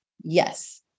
Yes